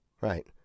Right